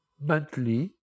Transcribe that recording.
monthly